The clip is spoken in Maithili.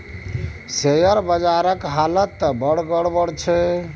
शेयर बजारक हालत त बड़ गड़बड़ छै